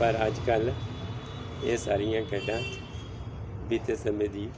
ਪਰ ਅੱਜ ਕੱਲ੍ਹ ਇਹ ਸਾਰੀਆਂ ਖੇਡਾਂ ਬੀਤੇ ਸਮੇਂ ਦੀ